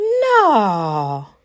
No